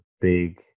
big